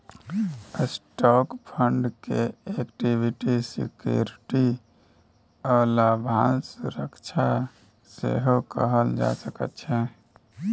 stock fund के equity security आ लाभांश सुरक्षा सेहो कहल जा सकइ छै